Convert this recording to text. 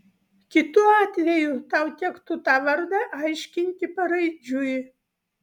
kitu atveju tau tektų tą vardą aiškinti paraidžiui